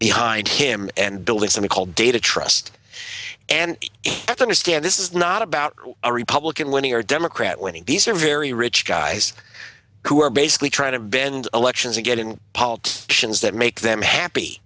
behind him and building something called data trust and in afghanistan this is not about a republican winning or democrat winning these are very rich guys who are basically trying to bend elections and getting actions that make them happy